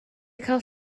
cael